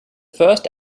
first